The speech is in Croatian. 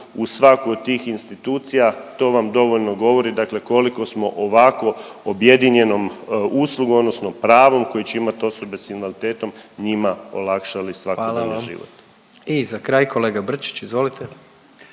u svaku od tih institucija, to vam dovoljno govori dakle koliko smo ovako objedinjenom uslugom odnosno pravom koje će imat osobe s invaliditetom, njima olakšali svakodnevni život. **Jandroković, Gordan